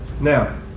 Now